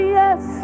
yes